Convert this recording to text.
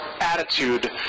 attitude